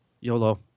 YOLO